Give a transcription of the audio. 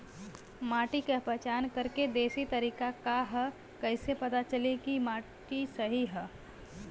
माटी क पहचान करके देशी तरीका का ह कईसे पता चली कि माटी सही ह?